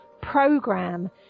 program